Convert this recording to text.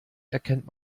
erkennt